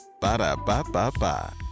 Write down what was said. Ba-da-ba-ba-ba